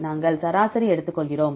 நாங்கள் சராசரி எடுத்துக்கொள்கிறோம்